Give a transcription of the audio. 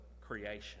creation